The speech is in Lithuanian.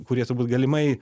kurie turbūt galimai